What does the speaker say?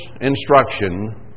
instruction